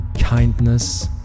kindness